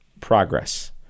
Progress